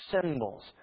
symbols